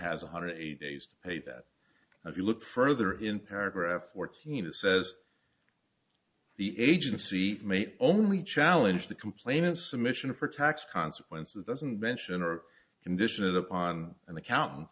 one hundred eighty days to pay that if you look further in paragraph fourteen it says the agency may only challenge the complainant submission for tax consequences doesn't mention or conditional upon an accountant